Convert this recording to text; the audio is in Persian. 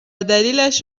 دلیلش